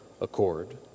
accord